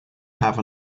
have